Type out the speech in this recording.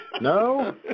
No